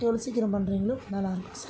எவ்வளோ சீக்கிரம் பண்ணுறிங்களோ நல்லா இருக்கும் சார்